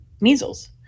measles